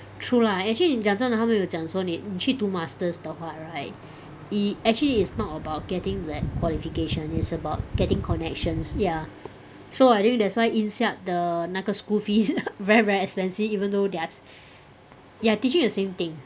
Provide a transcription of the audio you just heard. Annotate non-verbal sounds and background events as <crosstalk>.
true lah actually 你讲真的他们有讲说你你去读 masters 的话 right i~ actually it's not about getting that qualification it is about getting connections ya so I think that's why INSEAD 的那个 school fees <laughs> very very expensive even though they're they're teaching you the same thing